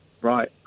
Right